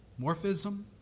Morphism